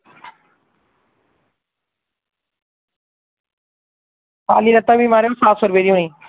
खा'ल्ली लत्ता बी महाराज सत्त सौ रपेऽ दी होनी